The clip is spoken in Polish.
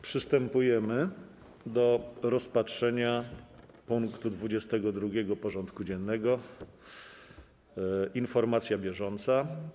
Przystępujemy do rozpatrzenia punktu 22. porządku dziennego: Informacja bieżąca.